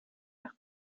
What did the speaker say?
nach